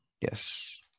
Yes